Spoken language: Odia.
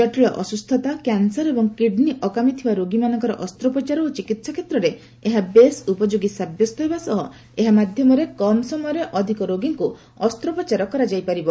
ଜଟିଳ ଅସ୍ତସ୍ଥତା କ୍ୟାନସର ଏବଂ କିଡ୍ନୀ ଅକାମୀ ଥିବା ରୋଗୀମାନଙ୍କର ଅସ୍ତ୍ରୋପ୍ରଚାର ଓ ଚିକିତ୍ସା କ୍ଷେତ୍ରରେ ଏହା ବେଶ୍ ଉପଯୋଗୀ ସାବ୍ୟସ୍ତ ହେବା ସହ ଏହା ମଧ୍ୟରେ କମ୍ ସମୟରେ ଅଧିକ ରୋଗୀଙ୍କୁ ଅସ୍ତ୍ରୋପ୍ରଚାର କରାଯାଇ ପାରିବ